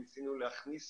ניסינו להכניס